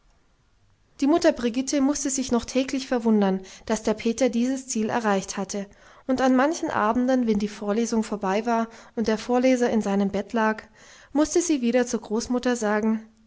die mutter brigitte mußte sich noch täglich verwundern daß der peter dieses ziel erreicht hatte und an manchen abenden wenn die vorlesung vorbei war und der vorleser in seinem bett lag mußte sie wieder zur großmutter sagen